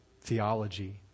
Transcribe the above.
theology